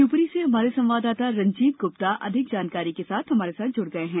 शिवपुरी से हमारे संवाददाता रजीत गुप्ता अधिक जानकारी के साथ जुड़ रहे हैं